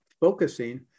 focusing